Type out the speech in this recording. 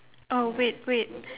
oh wait wait